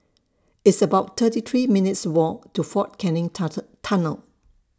It's about thirty three minutes' Walk to Fort Canning Tunnel